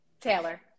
Taylor